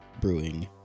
Brewing